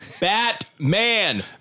Batman